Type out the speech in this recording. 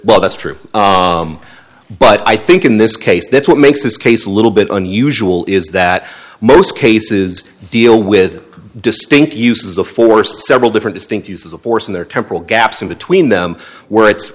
well that's true but i think in this case that's what makes this case a little bit unusual is that most cases deal with distinct uses of force several different distinct uses of force and there temporal gaps in between them were it's